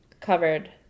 covered